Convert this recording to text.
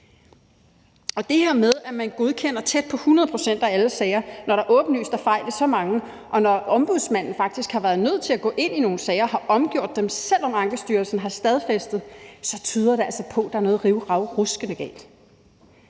Det her med, at man godkender tæt på 100 pct. af alle sager, når der åbenlyst er fejl i så mange, og når Ombudsmanden faktisk har været nødt til at gå ind i nogle sager og har omgjort dem, selv om Ankestyrelsen har stadfæstet, tyder altså på, at der er noget rivravruskende galt.